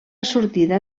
sortida